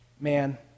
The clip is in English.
Man